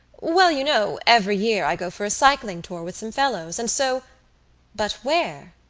well, you know, every year i go for a cycling tour with some fellows and so but where?